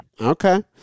Okay